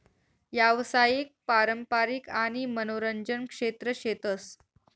यावसायिक, पारंपारिक आणि मनोरंजन क्षेत्र शेतस